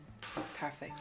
perfect